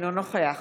אינו נוכח